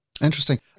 Interesting